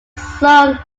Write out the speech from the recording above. sun